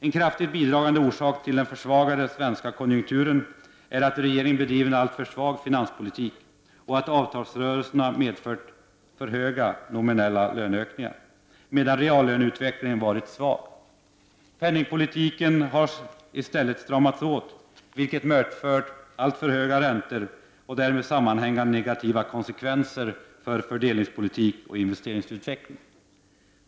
En kraftigt bidragande orsak till den försvagade svenska konjunkturen är att regeringen bedrivit en alltför svag finanspolitik och att avtalsrörelserna medfört för höga nominella löneökningar, medan reallöneutvecklingen varit svag. Penningpolitiken har i stället stramats åt, vilket medfört alltför höga räntor och därmed sammanhängande negativa konsekvenser för fördelningspolitik och investeringsutveckling.